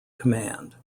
command